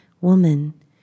Woman